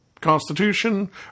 constitution